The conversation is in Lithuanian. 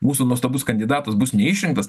mūsų nuostabus kandidatas bus neišrinktas